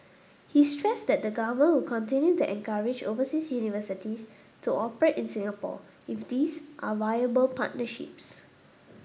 he stressed that the Government will continue to encourage overseas universities to operate in Singapore if these are viable partnerships